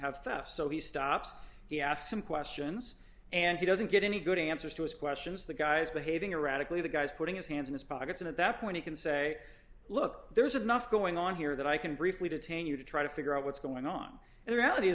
theft so he stops he asked some questions and he doesn't get any good answers to his questions the guys behaving erratically the guys putting his hands in his pockets and at that point he can say look there's of nuff going on here that i can briefly detain you to try to figure out what's going on and the reality